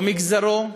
לא מגזרו,